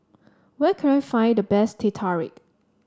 where can I find the best Teh Tarik